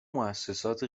موسسات